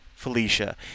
Felicia